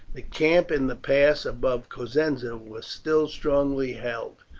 the camp in the pass above cosenza was still strongly held,